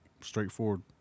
straightforward